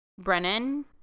Brennan